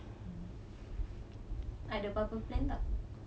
mm ada apa-apa plan tak